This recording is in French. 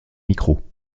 micro